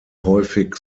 häufig